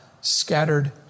scattered